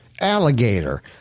alligator